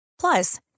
Plus